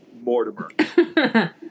Mortimer